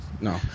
No